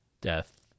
death